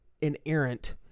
inerrant